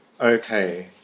Okay